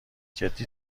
جدی